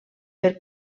per